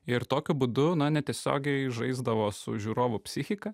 ir tokiu būdu netiesiogiai žaisdavo su žiūrovų psichika